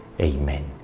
Amen